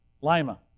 Lima